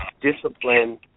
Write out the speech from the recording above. discipline